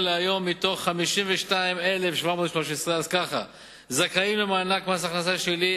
להיום: מתוך 52,713 זכאים למענק מס הכנסה שלילי,